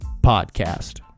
podcast